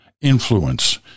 influence